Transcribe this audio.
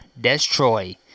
destroy